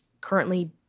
currently